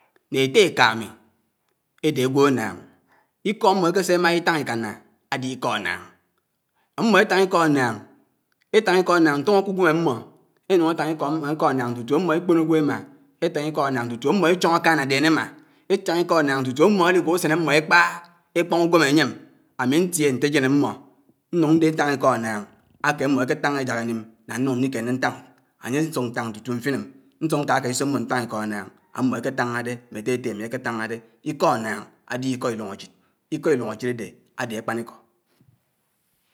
Étté ékámì édé ágwò ánáán, íkó ámmó ékésé émmà ítáñ íkáná ade íkó ánáán. ámmó étàñ íkó ánáán. étán íkò ánáán tùñó k’ùwém ámmó. énàñ étáñ íkó ánááñ tùtù ámmó ékpònògwò émmá, étáñ íkó ánááñ tutu ámmò échóñ ákánádén émmá. étáñ íkó ánáán tùtú ámmò èligwó ùsén ámmó ékpáná ékpóñ ùgwém anyém. ámì ñtíe ájén ámmó. ñùñ ñtáñ íkó ánáán áké ámmó éké tàñá éják énúm ánùñ ñníkéné ñtáñ. ányé ñsùk ñtàñ tùtù mfíném ñsùk ñkákàísó mmò ñtàñ íkó ánáán ámmó ékétáná dé. mmé éttété ámì éké tàñà de. Íkó ánáán ádé íkó ítùñ ásid. íkó itùñ ájid ádé. ádé ákpáníkó.